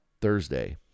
Thursday